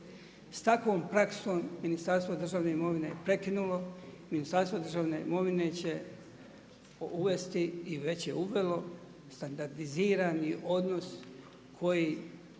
S takvom praksom Ministarstvo državne imovine je prekinulo, Ministarstvo državne imovine će uvesti i već je uvelo standardizirani odnos koji